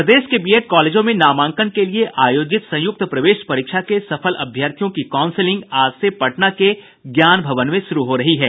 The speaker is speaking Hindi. प्रदेश के बीएड कॉलेजों में नामांकन के लिये आयोजित संयुक्त प्रवेश परीक्षा के सफल अभ्यर्थियों की काउंसिलिंग आज से पटना के ज्ञान भवन में शुरू हो रही है